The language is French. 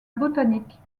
botanique